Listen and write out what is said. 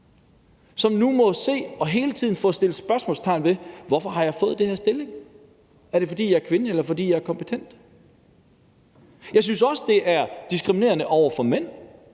som nu hele tiden må få sat spørgsmålstegn ved det. Hvorfor jeg har fået den her stilling? Er det, fordi jeg er kvinde, eller fordi jeg er kompetent? Jeg synes også, det er diskriminerende over for mænd,